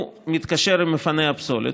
הוא מתקשר למפנה הפסולת,